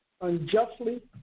unjustly